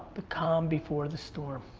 the calm before the storm.